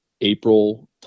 April